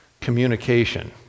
communication